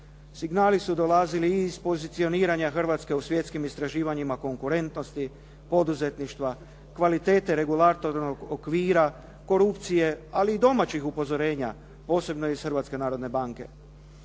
Signali su dolazili i iz pozicioniranja Hrvatske u svjetskim istraživanjima konkurentnosti, poduzetništva, kvalitete regulatornog okvira, korupcije, ali i domaćih upozorenja, posebno iz Hrvatske narodne banke.